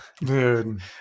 dude